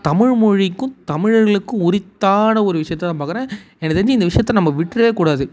தமிழ்மொழிக்கும் தமிழர்களுக்கும் உரித்தான ஒரு விஷயத்த நான் பார்க்குறேன் எனக்கு தெரிஞ்சு இந்த விஷயத்த நம்ம விட்டுறவே கூடாது